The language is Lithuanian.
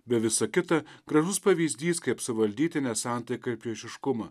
be visa kita gražus pavyzdys kaip suvaldyti nesantaiką ir priešiškumą